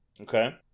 Okay